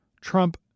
Trump